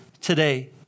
today